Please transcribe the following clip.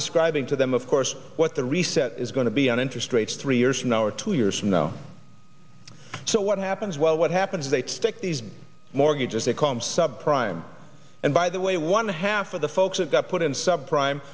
describing to them of course what the reset is going to be on interest rates three years from now or two years from now so what happens well what happens is they stick these mortgages they call them sub prime and by the way one half of the folks have got put in sub prime